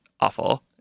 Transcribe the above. awful